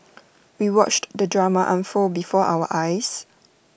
we watched the drama unfold before our eyes